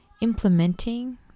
implementing